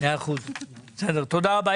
תודה רבה.